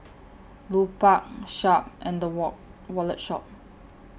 Lupark Sharp and The wall Wallet Shop